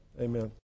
Amen